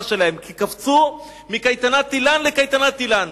שלהם כי קפצו מקייטנת איל"ן לקייטנת איל"ן.